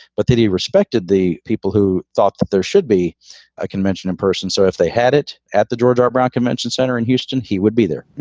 but that he respected the people who thought that there should be a convention in person. so if they had it at the georgia brown convention center in houston, he would be there